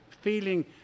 feeling